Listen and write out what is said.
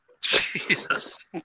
Jesus